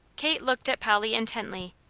kate looked at polly intently.